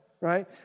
right